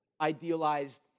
idealized